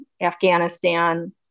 Afghanistan